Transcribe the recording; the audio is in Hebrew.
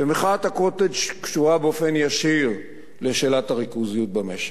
ומחאת ה"קוטג'" קשורה באופן ישיר לשאלת הריכוזיות במשק.